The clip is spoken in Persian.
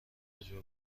کجا